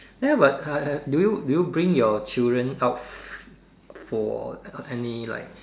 ya but uh uh do you do you bring your children out for any like